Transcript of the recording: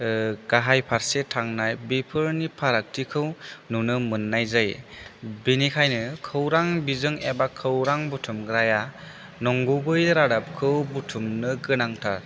गाहाय फारसे थांनाय बेफोरनि फारागथिखौ नुनो मोननाय जायो बिनिखायनो खौरां बिजों एबा खौरां बुथुमग्राया नंगुबै रादाबखौ बुथुमनो गोनांथार